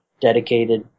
dedicated